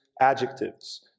adjectives